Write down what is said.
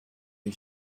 you